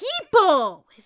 people